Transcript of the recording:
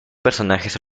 personajes